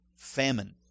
Famine